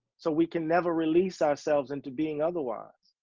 so we can never release ourselves into being otherwise.